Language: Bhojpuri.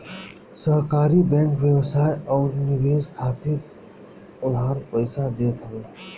सहकारी बैंक व्यवसाय अउरी निवेश खातिर उधार पईसा देत हवे